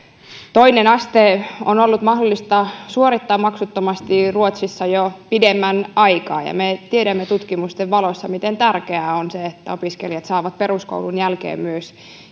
toinen aste on ollut mahdollista suorittaa maksuttomasti ruotsissa jo pidemmän aikaa ja me tiedämme tutkimusten valossa miten tärkeää on se että opiskelijat saavat peruskoulun jälkeen myös